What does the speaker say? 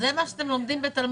אנשים היו מפוטרים?